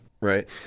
Right